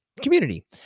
Community